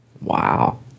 Wow